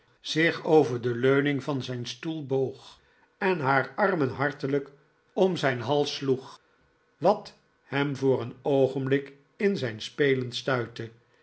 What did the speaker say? zich over de leuning van zijn stoel boog en haar armen hartelijk om zijn hals sloeg wat hem voor een oogenblik in zijn spelen stuitte